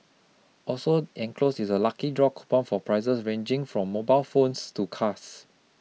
also enclosed is a lucky draw coupon for prizes ranging from mobile phones to cars